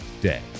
day